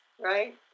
right